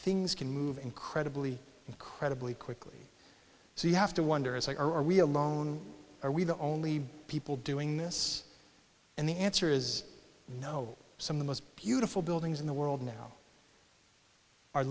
things can move incredibly incredibly quickly so you have to wonder why are we alone are we the only people doing this and the answer is no some the most beautiful buildings in the world now are